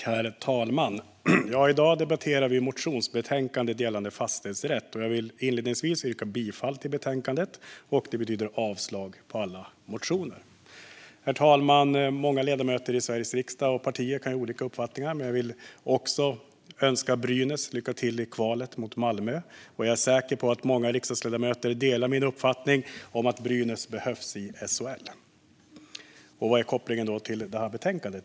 Herr talman! I dag debatterar vi ett motionsbetänkande gällande fastighetsrätt. Jag vill inledningsvis yrka bifall till förslaget i betänkandet, vilket innebär avslag på alla motioner. Herr talman! Många ledamöter i Sveriges riksdag och partier kan ha olika uppfattningar. Men jag vill också önska Brynäs lycka till i kvalet mot Malmö. Jag är säker på att många riksdagsledamöter delar min uppfattning om att Brynäs behövs i SHL. Vad är då kopplingen till detta betänkande?